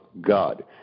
God